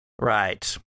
Right